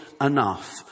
enough